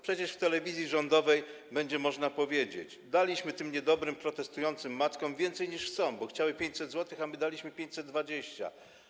Przecież w telewizji rządowej będzie można powiedzieć: Daliśmy tym niedobrym protestującym matkom więcej, niż chcą, bo chciały 500 zł, a daliśmy 520.